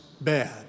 bad